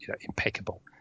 impeccable